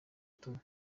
tumwe